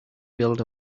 build